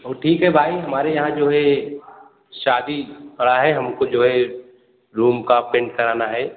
और ठीक है भाई हमारे यहाँ जो है शादी पड़ा है हमको जो है रूम का पेंट कराना है